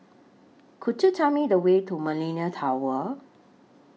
Could YOU Tell Me The Way to Millenia Tower